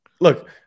look